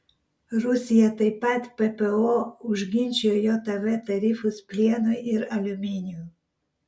rusija taip pat ppo užginčijo jav tarifus plienui ir aliuminiui